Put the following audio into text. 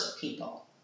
people